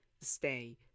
stay